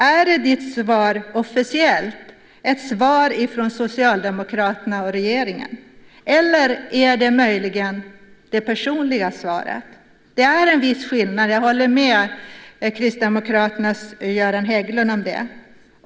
Är ditt svar ett officiellt svar från Socialdemokraterna och regeringen eller är det möjligen ditt personliga svar? Det är en viss skillnad; jag håller med Kristdemokraternas Göran Hägglund om det.